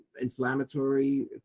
inflammatory